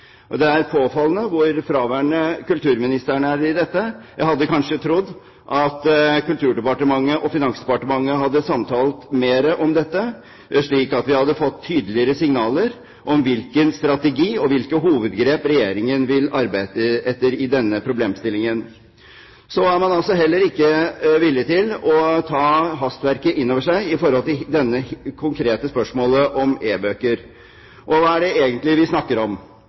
Det er påfallende hvor fraværende kulturministeren er i dette. Jeg hadde kanskje trodd at Kulturdepartementet og Finansdepartementet hadde samtalt mer om dette, slik at vi hadde fått tydeligere signaler om hvilken strategi og hvilke hovedgrep Regjeringen vil arbeide etter i denne problemstillingen. Så er man altså heller ikke villig til å ta hastverket inn over seg når det gjelder dette konkrete spørsmålet om e-bøker. Hva er det egentlig vi snakker om?